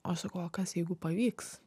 o aš sakau o kas jeigu pavyks